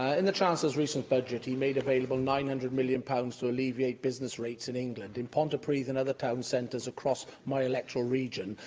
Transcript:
ah in the chancellor's recent budget, he made available nine hundred million pounds to alleviate business rates in england. in pontypridd and other town centres across my electoral region,